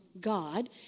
God